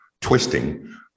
twisting